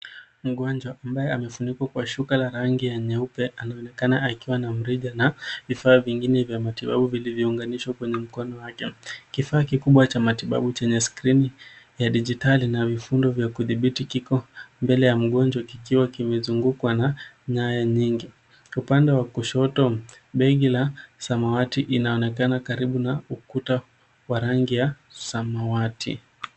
Mgonjwa ambaye amefunikwa kwa shuka la rangi ya nyeupe anaonekana akiwa na mrija na vifaa vingine vya matibabu vilivyounganishwa kwenye mkono wake. Kifaa kikubwa cha matibabu chenye skrini ya dijitali na mifundo vya kudhibiti kiko mbele ya mgonjwa kikiwa kimezungukwa na nyaya nyingi. Upande wa kushoto begi la samawati inaonekana karibu na ukuta wa rangi ya samawati.